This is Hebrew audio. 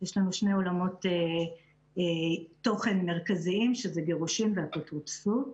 יש לנו שני אולמות תוכן מרכזיים שזה גירושין ואפוטרופסות.